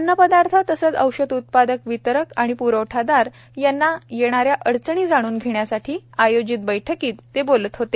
अन्न पदार्थ तसेच औषध उत्पादक वितरक व प्रवठादार यांना येणाऱ्या अडचणी जाणून घेण्यासाठी आयोजित बैठकीत ते बोलत होते